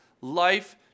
life